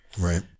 Right